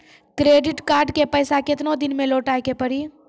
Credit card के पैसा केतना दिन मे लौटाए के पड़ी?